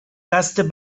قصد